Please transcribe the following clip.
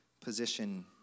position